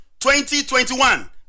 2021